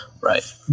right